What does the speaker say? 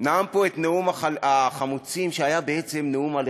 נאם פה את נאום החמוצים, שהיה בעצם נאום הלחוצים.